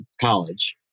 College